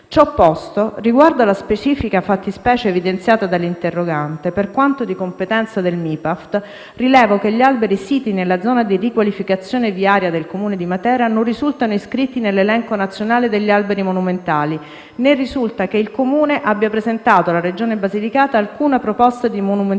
Ciò posto, riguardo alla specifica fattispecie evidenziata dall'interrogante, per quanto di competenza del MIPAAFT, rilevo che gli alberi siti nella zona di riqualificazione viaria nel Comune di Matera non risultano iscritti nell'elenco nazionale degli alberi monumentali, né risulta che il Comune abbia presentato alla Regione Basilicata alcuna proposta di monumentalità